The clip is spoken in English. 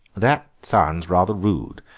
that sounds rather rude,